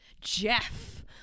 Jeff